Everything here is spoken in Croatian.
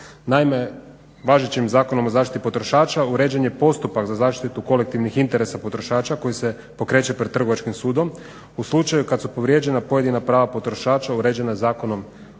Naime, važećim Zakonom o zaštiti potrošača uređen je postupak za zaštitu kolektivnih interesa potrošača koji se pokreće pred Trgovačkim sudom u slučaju kad su povrijeđena pojedina prava potrošača uređena Zakonom